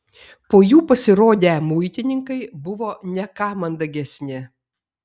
po jų pasirodę muitininkai buvo ne ką mandagesni